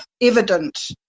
evident